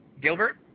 Gilbert